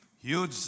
huge